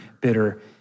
bitter